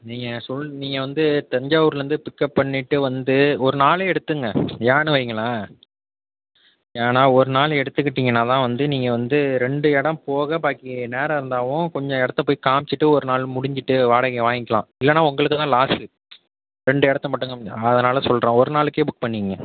நீங்கள் சொல்லு நீங்கள் வந்து தஞ்சாவூர்லேர்ந்து பிக்கப் பண்ணிவிட்டு வந்து ஒரு நாளே எடுத்துக்ங்க ஏன்னு வைங்களேன் ஏன்னா ஒரு நாள் எடுத்துக்கிட்டிங்கன்னா தான் வந்து நீங்கள் வந்து ரெண்டு இடம் போக பாக்கி நேரம் இருந்தாவும் கொஞ்ச இடத்த போய் காமிச்சிட்டு ஒரு நாள் முடிஞ்சிட்டு வாடகையை வாங்கிக்கலாம் இல்லைன்னா உங்களுக்கு தான் லாஸு ரெண்டு இடத்த மட்டும் காமிச்சா அதனால் சொல்லுறேன் ஒரு நாளைக்கே புக் பண்ணிக்கங்க